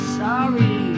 sorry